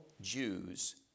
Jews